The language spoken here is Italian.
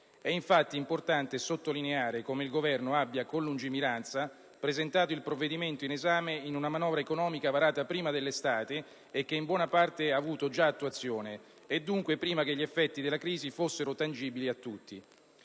È, infatti, importante sottolineare come il Governo abbia con lungimiranza presentato il provvedimento in esame in una manovra economica varata prima dell'estate e che, in buona parte, ha avuto già attuazione; dunque, prima che gli effetti della crisi fossero tangibili a tutti.